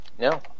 No